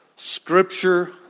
Scripture